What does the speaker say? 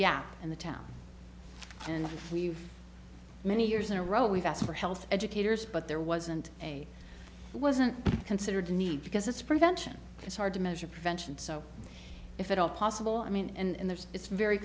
gap in the town and we've many years in a row we've asked for health educators but there wasn't a wasn't considered need because it's prevention it's hard to measure prevention so if at all possible i mean and there's it's very